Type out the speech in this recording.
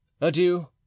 adieu